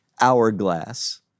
hourglass